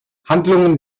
handlungen